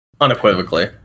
unequivocally